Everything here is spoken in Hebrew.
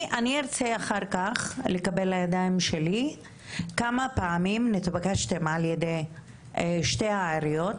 אני ארצה אחר כך לקבל לידיים שלי כמה פעמים נתבקשתם על ידי שתי העיריות,